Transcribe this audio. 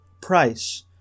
price